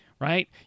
right